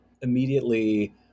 immediately